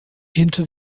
into